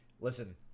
listen